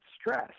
stress